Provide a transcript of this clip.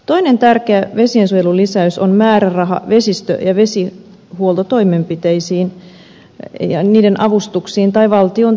toinen tärkeä vesiensuojelulisäys on määräraha vesistö ja vesihuoltotoimenpiteiden avustuksiin tai valtion työnä